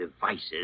devices